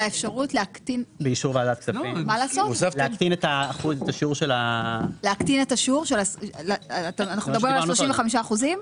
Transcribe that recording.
להקטין את השיעור של --- אנחנו מדברים על ה-35%?